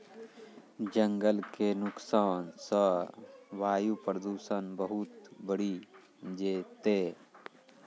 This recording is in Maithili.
जंगल के नुकसान सॅ वायु प्रदूषण बहुत बढ़ी जैतै